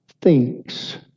thinks